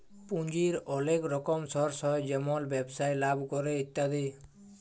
পুঁজির ওলেক রকম সর্স হ্যয় যেমল ব্যবসায় লাভ ক্যরে ইত্যাদি